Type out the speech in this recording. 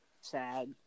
Sad